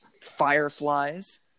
fireflies